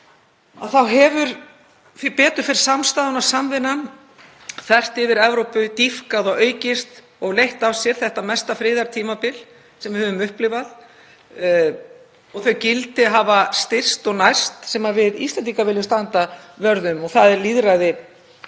Þá hefur sem betur fer samstaðan og samvinnan þvert yfir Evrópu dýpkað og aukist og leitt af sér þetta mesta friðartímabil sem við höfum upplifað. Þau gildi hafa styrkst og nærst sem við Íslendingar viljum standa vörð um og það eru lýðræði,